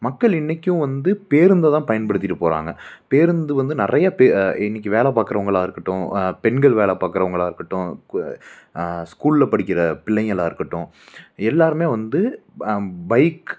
மக்கள் இன்றைக்கும் வந்து பேருந்தை தான் பயன்படுத்திட்டு போகிறாங்க பேருந்து வந்து நிறைய இன்னைக்கு வேல பாக்குறவங்களா இருக்கட்டும் பெண்கள் வேலை பாக்குறவங்களா இருக்கட்டும் ஸ்கூலில் படிக்கிற பிள்ளைங்களாக இருக்கட்டும் எல்லோருமே வந்து பைக்